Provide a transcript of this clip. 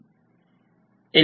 कोमूनची भूमिका काय आहे